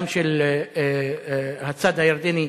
גם של הצד הירדני,